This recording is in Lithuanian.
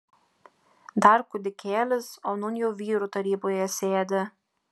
dar kūdikėlis o nūn jau vyrų taryboje sėdi